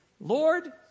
Lord